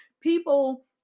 people